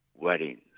Weddings